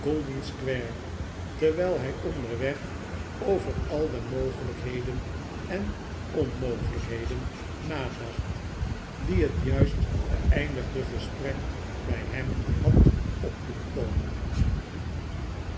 square terwijl hij onderweg over al de mogelijkheden en onmogelijkheden nadacht die net juist beeindigde gesprek bij hem had op doen komen